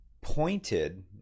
pointed